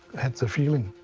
at the feeling.